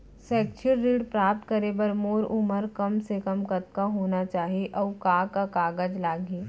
शैक्षिक ऋण प्राप्त करे बर मोर उमर कम से कम कतका होना चाहि, अऊ का का कागज लागही?